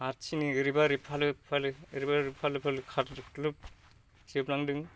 हारसिं ओरैबा ओरै फालो फालो ओरैबा ओरै फालो फालो खारग्लोब जोबनांदों